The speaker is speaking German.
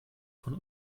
von